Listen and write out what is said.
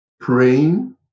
praying